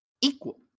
equal